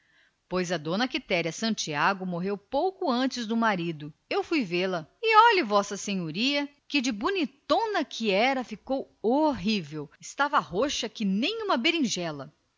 pois a d quitéria santiago morreu pouco antes do marido eu fui vê-la e olhe v s a que de bonitona que era ficou horrível estava mais roxa que uma berinjela